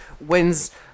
wins